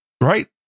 Right